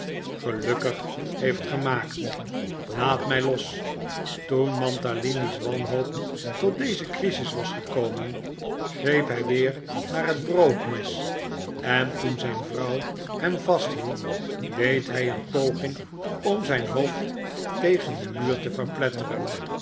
gelukkig heeft gemaakt laat mij los toen mantalini's wanhoop tot deze crisis was gekomen greep hij weer naar het broodmes en toen zijn vrouw hem vasthield deed hij een poging om zijn hoofd tegen den muur te verpletteren